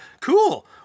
cool